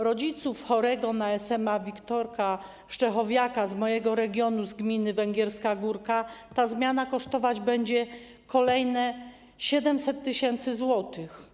Rodziców chorego na SMA Wiktorka Szczechowiaka z mojego regionu, z gminy Węgierska Górka ta zmiana kosztować będzie kolejne 700 tys. zł.